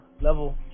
level